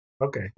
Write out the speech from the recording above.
Okay